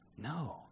No